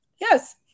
Yes